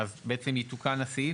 אז יתוקן הסעיף,